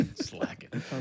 Slacking